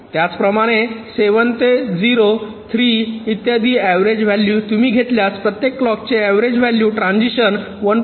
त्याचप्रमाणे 7 ते 0 3 इत्यादी ऍव्हरेज व्हॅलू तुम्ही घेतल्यास प्रत्येक क्लॉक चे ऍव्हरेज व्हॅलू ट्रान्झिशन १